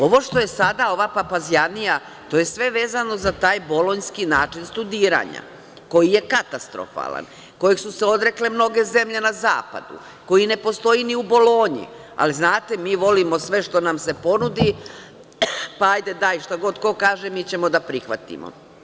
Ovo što je sada, ova papazjanija, to je sve vezano za taj bolonjski način studiranja, koji je katastrofalan, kojeg su se odrekle mnoge zemlje na zapadu, koji ne postoji ni u Bolonji, ali znate, mi volimo sve što nam se ponudi, pa hajde daj, šta god ko kaže, mi ćemo da prihvatimo.